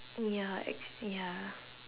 ya actually ya